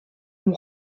ont